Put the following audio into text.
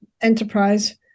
enterprise